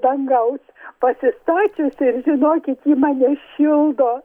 dangaus pasistačiusi ir žinokit ji mane šildo